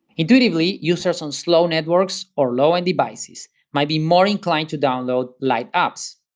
intuitively, users on slow networks or low-end devices might be more inclined to download light apps.